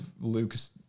Luke's